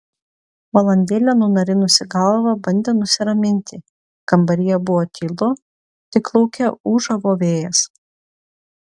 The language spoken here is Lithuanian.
valandėlę nunarinusi galvą bandė nusiraminti kambaryje buvo tylu tik lauke ūžavo vėjas